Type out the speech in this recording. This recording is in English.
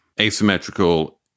asymmetrical